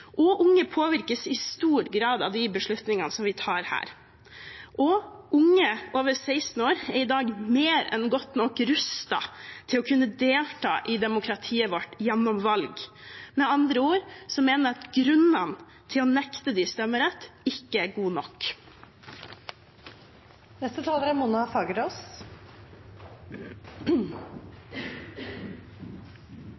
stor grad av de beslutningene som vi tar her, og unge over 16 år er i dag mer enn godt nok rustet til å kunne delta i demokratiet vårt gjennom valg. Med andre ord mener jeg at grunnene til å nekte dem stemmerett ikke er